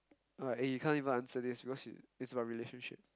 alright eh you can't even answer this because y~ it's about relationships